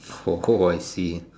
oh I see